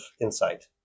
insight